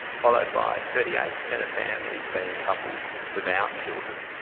followed by thirty eight per cent of families being couples without children.